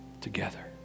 together